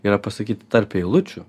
yra pasakyta tarp eilučių